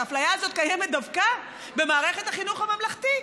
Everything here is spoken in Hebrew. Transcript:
האפליה הזאת קיימת דווקא במערכת החינוך הממלכתי,